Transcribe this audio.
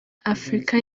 afrika